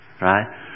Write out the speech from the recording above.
Right